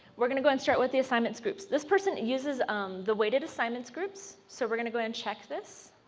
we're going to go and start with the assignments groups. this person uses um the waited assignments groups. so we're going to and check this